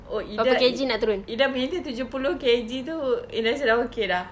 oh ida ida punya itu tujuh puluh K_G itu ida sudah okay sudah